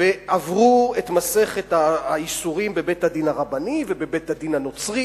והם עברו את מסכת הייסורים בבית-הדין הרבני ובבית-הדין הנוצרי